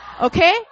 Okay